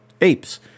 apes